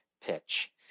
pitch